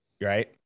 right